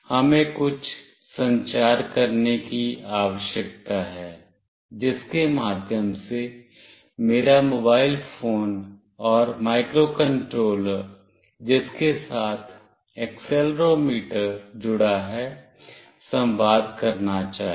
हमें कुछ संचार करने की आवश्यकता है जिसके माध्यम से मेरा मोबाइल फोन और माइक्रोकंट्रोलर जिसके साथ एक्सेलेरोमीटर जुड़ा है संवाद करना चाहिए